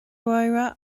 mháire